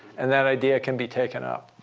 and that idea can be taken up.